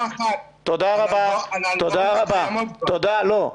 --- תודה, לא.